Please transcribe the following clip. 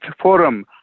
forum